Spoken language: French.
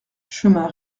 chemin